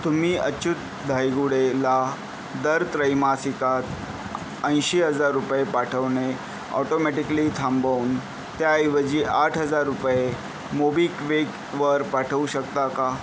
तुम्ही अच्युत धायगुडेला दर त्रैमासिकात ऐंशी हजार रुपये पाठवणे ऑटोमॅटिकली थांबवून त्याऐवजी आठ हजार रुपये मोबिक्विकवर पाठवू शकता का